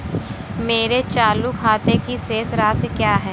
मेरे चालू खाते की शेष राशि क्या है?